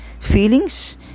Feelings